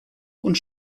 und